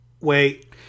wait